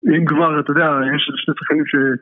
אם כבר אתה יודע, יש שני שחקנים ש...